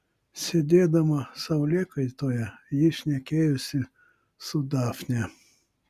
sėdėdama saulėkaitoje ji šnekėjosi su dafne